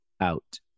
out